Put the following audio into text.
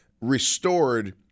restored